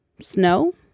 snow